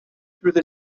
through